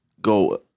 go